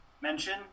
mention